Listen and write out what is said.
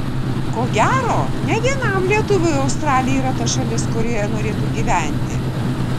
ko gero ne vienam lietuviui australija yra ta šalis kurioje norėtų gyventi